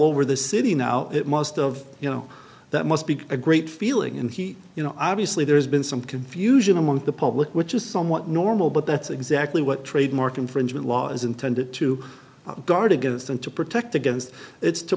over the city now that most of you know that must be a great feeling and he you know obviously there's been some confusion among the public which is somewhat normal but that's exactly what trademark infringement law is intended to guard against and to protect against it's to